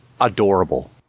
adorable